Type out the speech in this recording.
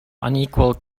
unequal